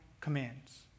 commands